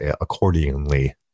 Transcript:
accordingly